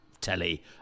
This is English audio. telly